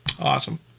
Awesome